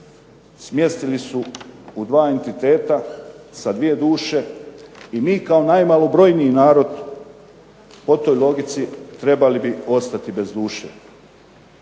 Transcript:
smjestili su u dva entiteta sa dvije duše i mi kao najmalobrojniji narod po toj logici trebali bi ostati bez duše.